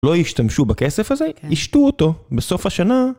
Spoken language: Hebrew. לא ישתמשו בכסף הזה, ישתו אותו בסוף השנה.